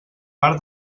bar